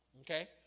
okay